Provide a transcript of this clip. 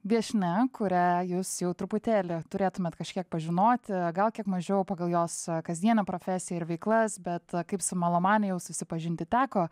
viešnia kurią jūs jau truputėlį turėtumėt kažkiek pažinoti gal kiek mažiau pagal jos kasdienę profesiją ir veiklas bet kaip su melomane jau susipažinti teko